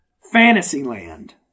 Fantasyland